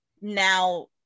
now